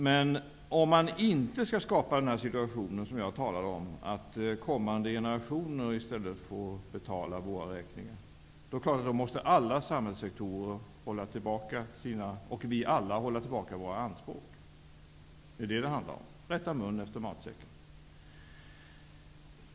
Men om man inte skall skapa situationen, som jag talade om, att kommande generationer i stället får betala våra räkningar, är det klart att alla samhällssektorer och vi alla måste hålla tillbaka våra anspråk. Det handlar om att rätta mun efter matsäcken.